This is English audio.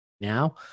now